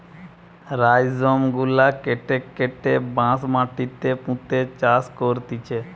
rhizome গুলা কেটে কেটে বাঁশ মাটিতে পুঁতে চাষ করতিছে